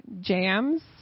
jams